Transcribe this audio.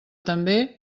també